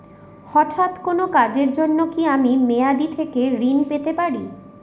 হঠাৎ কোন কাজের জন্য কি আমি মেয়াদী থেকে ঋণ নিতে পারি?